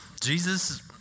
Jesus